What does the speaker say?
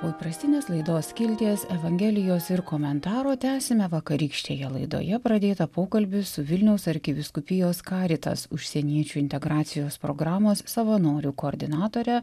o įprastinės laidos skilties evangelijos ir komentaro tęsiame vakarykštėje laidoje pradėtą pokalbį su vilniaus arkivyskupijos caritas užsieniečių integracijos programos savanorių koordinatore